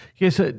Yes